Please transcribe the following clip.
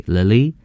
Lily